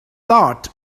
taught